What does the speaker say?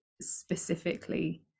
specifically